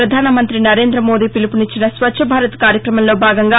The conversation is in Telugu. ప్రధానమంతి నరేందమోదీ పిలుపునిచ్చిన స్వచ్ఛ భారత్ కార్యక్రమంలో భాగంగా